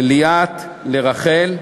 לליאת, לרחל,